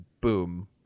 boom